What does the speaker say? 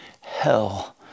hell